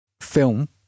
Film